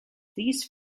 these